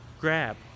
Grab